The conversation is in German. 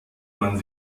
man